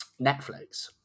netflix